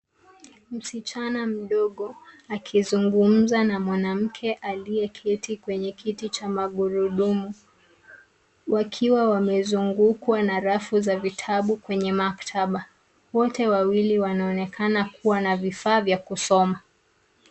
msichana mdogo akizungumza na mwanamke aliyeketi kwenye kiti cha magurudumu, wakiwa wamezungukwa na rafu za vitabu kwenye maktaba. Wote wawili wanaonekana kuwa wana vifaa vya kusoma.